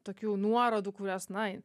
tokių nuorodų kurias na